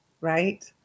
Right